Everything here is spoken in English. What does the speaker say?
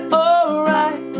alright